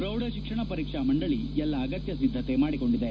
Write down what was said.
ಪ್ರೌಢ ಶಿಕ್ಷಣ ಪರೀಕ್ಷಾ ಮಂಡಳ ಎಲ್ಲಾ ಅಗತ್ಯ ಸಿದ್ದತೆ ಮಾಡಿಕೊಂಡಿದೆ